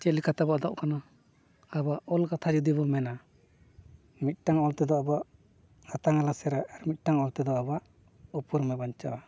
ᱪᱮᱫ ᱞᱮᱠᱟ ᱛᱮᱵᱚᱱ ᱟᱫᱚᱜ ᱠᱟᱱᱟ ᱟᱵᱚᱣᱟᱜ ᱚᱞ ᱠᱟᱛᱷᱟ ᱡᱩᱫᱤ ᱵᱚᱱ ᱢᱮᱱᱟ ᱢᱤᱫᱴᱟᱝ ᱚᱞ ᱛᱮᱫᱚ ᱟᱵᱚᱣᱟᱜ ᱦᱟᱛᱟᱝ ᱮ ᱞᱟᱥᱮᱨᱟ ᱟᱨ ᱢᱤᱫᱴᱟᱝ ᱚᱞ ᱛᱮᱫᱚ ᱟᱵᱚᱣᱟᱜ ᱩᱯᱨᱩᱢᱮ ᱵᱟᱧᱪᱟᱜᱼᱟ